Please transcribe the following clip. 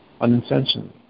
unintentionally